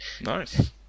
Nice